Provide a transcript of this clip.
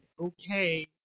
okay